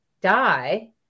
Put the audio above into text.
die